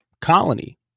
Colony